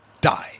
die